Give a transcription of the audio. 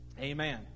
Amen